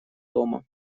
дома